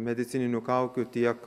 medicininių kaukių tiek